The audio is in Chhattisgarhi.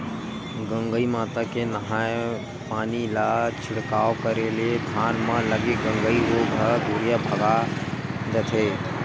गंगई माता के नंहाय पानी ला छिड़काव करे ले धान म लगे गंगई रोग ह दूरिहा भगा जथे